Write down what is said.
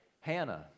Hannah